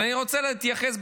אבל אני רוצה להתייחס,